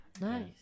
Nice